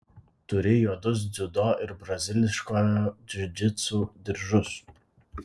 turi juodus dziudo ir braziliškojo džiudžitsu diržus